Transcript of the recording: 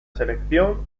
selección